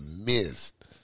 missed